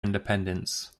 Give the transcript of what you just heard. independence